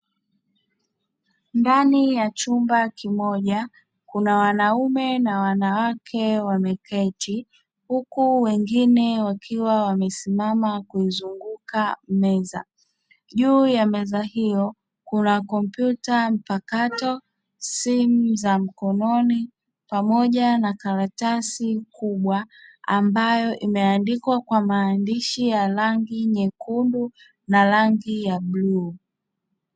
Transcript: Ndani ya chumba kimoja kuna wanaume na wanawake wameketi, huku wengine wakiwa wamesimama kuizunguka meza, juu ya meza hiyo kuna kompyuta mpakato, simu za mkononi pamoja na karatasi kubwa ambayo imeandikwa kwa maandishi ya rangi nyekundu na rangi ya bluu.